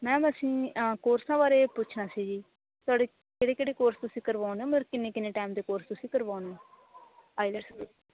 ma'am ਅਸੀਂ ਅਂ ਕੋਰਸਾਂ ਬਾਰੇ ਪੁੱਛਣਾ ਸੀ ਜੀ ਤੁਹਾਡੇ ਕਿਹੜੇ ਕਿਹੜੇ ਕੋਰਸ ਤੁਸੀਂ ਕਰਵਾਉਂਦੇ ਹੋ ਮਤਲਬ ਕਿੰਨੇ ਕਿੰਨੇ ਟੈਮ ਦੇ ਕੋਰਸ ਤੁਸੀਂ ਕਰਵਾਉਂਦੇ ਆਈਲੈਟਸ ਦੇ